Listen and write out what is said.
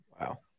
Wow